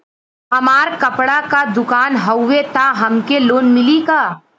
हमार कपड़ा क दुकान हउवे त हमके लोन मिली का?